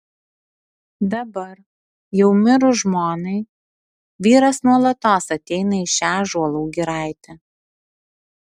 dabar jau mirus žmonai vyras nuolatos ateina į šią ąžuolų giraitę